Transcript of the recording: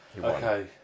Okay